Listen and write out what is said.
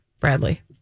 Bradley